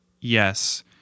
yes